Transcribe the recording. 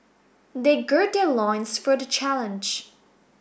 they gird their loins for the challenge